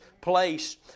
place